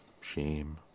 Shame